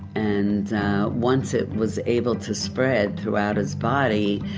and once it was able to spread throughout his body,